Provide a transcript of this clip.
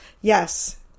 Yes